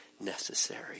necessary